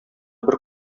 бер